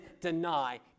deny